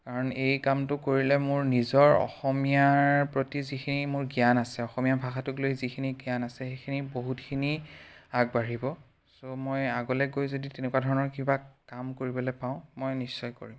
কাৰণ এই কামটো কৰিলে মোৰ নিজৰ অসমীয়াৰ প্ৰতি মোৰ যিখিনি জ্ঞান আছে অসমীয়া ভাষাটোক লৈ যিখিনি জ্ঞান আছে সেইখিনি বহুতখিনি আগবাঢ়িব ছ' মই আগলৈ গৈ যদি মই তেনেকুৱা ধৰণৰ কিবা কাম কৰিবলৈ পাওঁ মই নিশ্চয় কৰিম